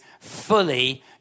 fully